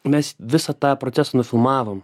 mes visą tą procesą nufilmavom